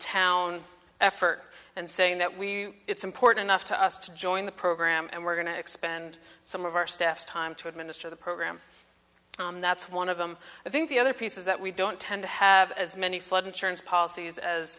town effort and saying that we it's important enough to us to join the program and we're going to expend some of our staff time to administer the program that's one of them i think the other piece is that we don't tend to have as many flood insurance policies as